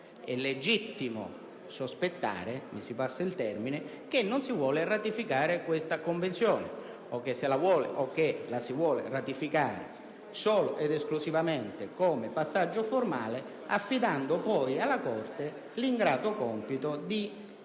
è legittimo sospettare - mi sia consentito il termine - che non si vuole ratificare questa Convenzione oppure che la si vuole ratificare solo ed esclusivamente come passaggio formale, affidando poi alla Corte l'ingrato compito di cassare